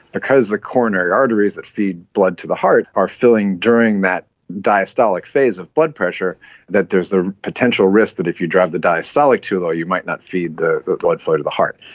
because the coronary arteries that feed blood to the heart are filling during that diastolic phase of blood pressure that there is a potential risk that if you drive the diastolic too low you might not feed the blood flow to the heart.